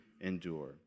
endure